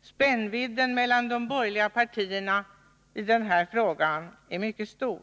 Spännvidden mellan de borgerliga partierna är i denna fråga mycket stor.